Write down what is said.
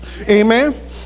amen